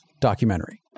documentary